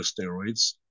steroids